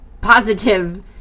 positive